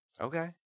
Okay